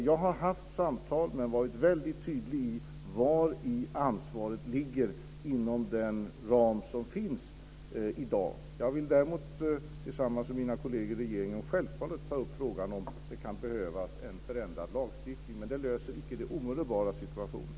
Jag har haft samtal där jag har varit väldigt tydlig om var ansvaret ligger inom den ram som finns i dag. Jag vill däremot tillsammans med mina kolleger i regeringen självfallet ta upp frågan om det kan behövas en förändrad lagstiftning. Men det löser icke den omedelbara situationen.